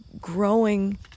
growing